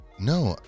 No